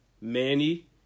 Manny